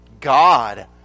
God